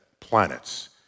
planets